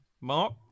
Mark